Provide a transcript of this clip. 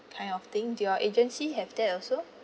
kind of thing do your agency have that also